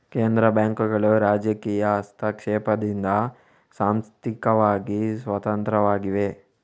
ಕೇಂದ್ರ ಬ್ಯಾಂಕುಗಳು ರಾಜಕೀಯ ಹಸ್ತಕ್ಷೇಪದಿಂದ ಸಾಂಸ್ಥಿಕವಾಗಿ ಸ್ವತಂತ್ರವಾಗಿವೆ